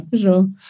sure